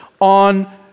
on